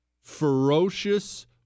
Ferocious